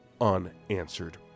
unanswered